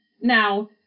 Now